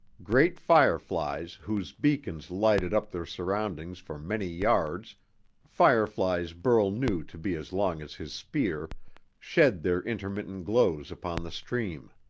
great fireflies whose beacons lighted up their surroundings for many yards fireflies burl knew to be as long as his spear shed their intermittent glows upon the stream.